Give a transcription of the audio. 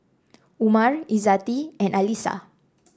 Umar Izzati and Alyssa